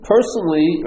Personally